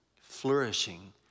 flourishing